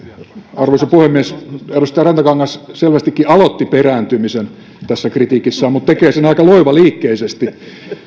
arvoisa puhemies edustaja rantakangas selvästikin aloitti perääntymisen tässä kritiikissään mutta tekee sen aika loivaliikkeisesti